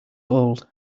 old